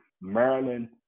Maryland